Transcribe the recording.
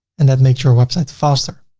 and that makes your website faster.